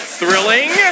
thrilling